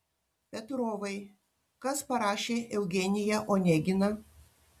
petrovai kas parašė eugeniją oneginą